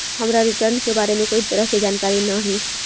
हमरा रिटर्न के बारे में कोई तरह के जानकारी न हे